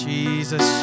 Jesus